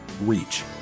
reach